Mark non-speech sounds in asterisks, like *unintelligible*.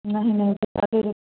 नहीं नहीं *unintelligible*